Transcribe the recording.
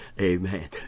Amen